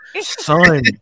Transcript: son